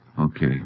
Okay